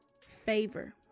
Favor